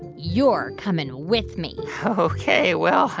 you're coming with me ok. well,